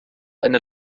eine